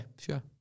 sure